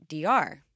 DR